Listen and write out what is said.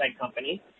company